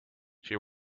she